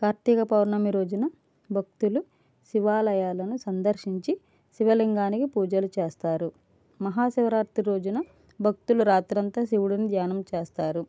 కార్తీక పౌర్ణమి రోజున భక్తులు శివాలయాలను సందర్శించి శివలింగానికి పూజలు చేస్తారు మహాశివరాత్రి రోజున భక్తులు రాత్రంతా శివుడిని ధ్యానం చేస్తారు